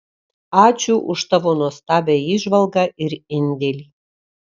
ačiū už tavo nuostabią įžvalgą ir indėlį